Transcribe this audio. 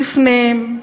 בפנים,